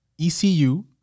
ECU